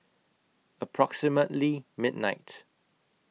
approximately midnight